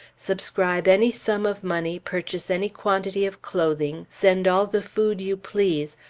subscribe any sum of money, purchase any quantity of clothing, send all the food you please,